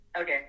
Okay